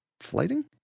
flighting